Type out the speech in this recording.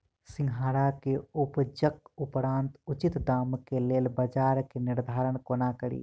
सिंघाड़ा केँ उपजक उपरांत उचित दाम केँ लेल बजार केँ निर्धारण कोना कड़ी?